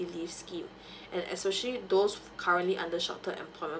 leave scheme and especially those currently under shorted employment